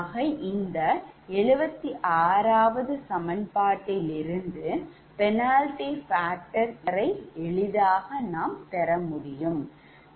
ஆக இந்த 76 சமன்பாட்டில் இருந்து penalty factor எளிதாக பெற முடியும்